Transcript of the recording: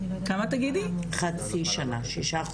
שישה חודשים,